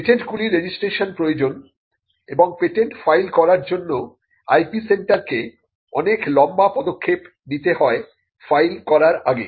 patent গুলির registration প্রয়োজন এবং পেটেন্ট ফাইল করার জন্য IP সেন্টারকে অনেক লম্বা পদক্ষেপ নিতে হয় ফাইল করার আগে